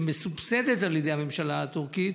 שמסובסדת על ידי הממשלה הטורקית,